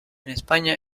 españa